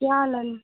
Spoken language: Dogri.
केह् हाल ऐ